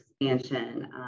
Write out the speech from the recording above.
expansion